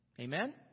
Amen